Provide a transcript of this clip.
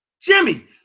Jimmy